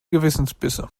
gewissensbisse